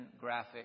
graphic